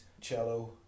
cello